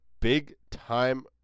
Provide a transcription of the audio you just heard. big-time